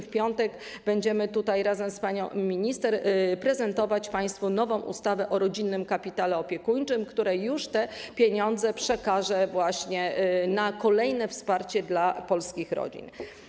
W piątek będziemy tutaj razem z panią minister prezentować państwu nową ustawę o rodzinnym kapitale opiekuńczym, która te pieniądze przekaże już na kolejne wsparcie dla polskich rodzin.